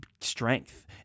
strength